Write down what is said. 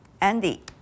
Andy